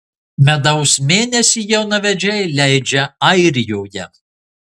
medaus mėnesį jaunavedžiai leidžia airijoje